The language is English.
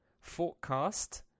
forecast